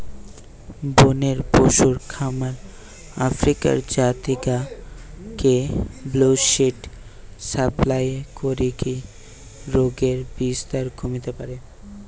বনের পশুর খামার আফ্রিকার জাতি গা কে বুশ্মিট সাপ্লাই করিকি রোগের বিস্তার কমিতে পারে